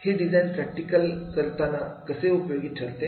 हे design practice करताना कसे उपयोगी ठरते